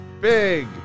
big